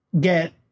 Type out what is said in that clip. get